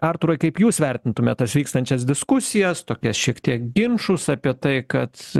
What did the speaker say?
artūrai kaip jūs vertintumėt tas vykstančias diskusijas tokias šiek tiek ginčus apie tai kad